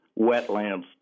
wetlands